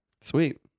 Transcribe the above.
Sweet